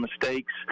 mistakes